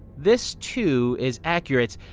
this, too, is accurate.